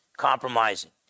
Compromising